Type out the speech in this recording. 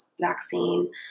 vaccine